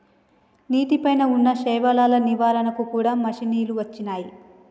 నీటి పై వున్నా శైవలాల నివారణ కూడా మషిణీలు వచ్చినాయి